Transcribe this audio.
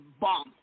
bomb